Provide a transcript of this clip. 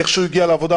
איך שהוא הגיע לעבודה,